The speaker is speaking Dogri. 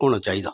होना चाहिदा